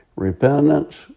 Repentance